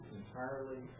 entirely